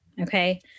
Okay